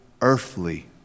earthly